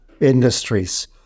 industries